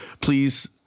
Please